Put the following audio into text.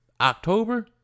October